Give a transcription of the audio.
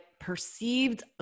perceived